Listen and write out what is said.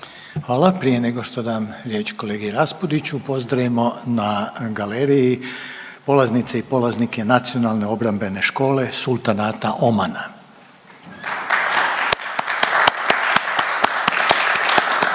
Hvala. Prije nego što dam riječ kolegi Raspudiću, pozdravimo na galeriji polaznice i polaznike Nacionalne obrambene škole Sultanata Omana.